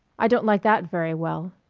i don't like that very well,